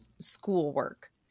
schoolwork